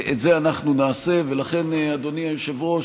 את זה אנחנו נעשה, ולכן, אדוני היושב-ראש,